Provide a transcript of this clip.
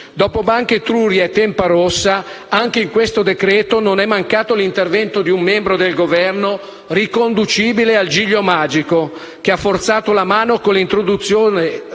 Dopo Banca Etruria e Tempa Rossa, anche in questo decreto-legge non è mancato l'intervento di un membro del Governo, riconducibile al giglio magico, che ha forzato la mano con l'introduzione della